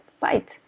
fight